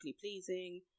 pleasing